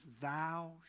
thou